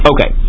Okay